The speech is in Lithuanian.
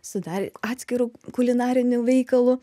su dar atskiru kulinariniu veikalu